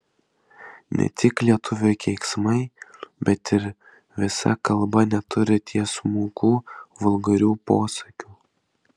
ne tik lietuvių keiksmai bet ir visa kalba neturi tiesmukų vulgarių posakių